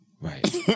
Right